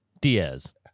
Diaz